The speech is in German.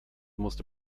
musste